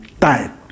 time